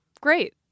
great